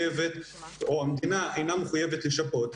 שהמדינה אינה מחויבת לשפות,